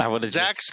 Zach